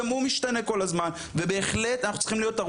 כל החוק הזה מתנקז ממי שמגיע